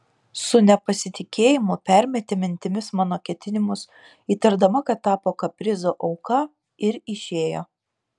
su nepasitikėjimu permetė mintimis mano ketinimus įtardama kad tapo kaprizo auka ir išėjo